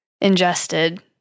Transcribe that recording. ingested